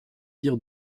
dire